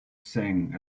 sing